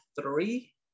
three